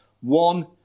One